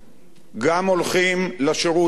גם הולכים לשירות הלאומי,